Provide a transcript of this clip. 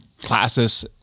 classes